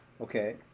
Okay